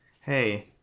hey